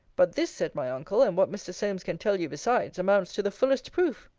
but this, said my uncle, and what mr. solmes can tell you besides, amounts to the fullest proof